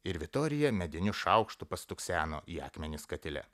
ir vitorija mediniu šaukštu pastukseno į akmenis katile